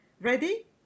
Ready